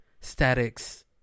Static's